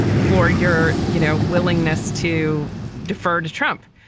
for your, you know, willingness to defer to trump.